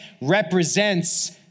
represents